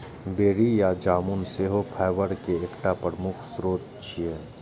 बेरी या जामुन सेहो फाइबर के एकटा प्रमुख स्रोत छियै